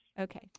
Okay